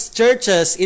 churches